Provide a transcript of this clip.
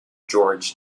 george